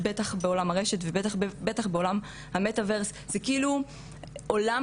אני חושבת שמה שמיה לי סיפרה בגבורה יכול רק להדגיש כמה החוויה באינטרנט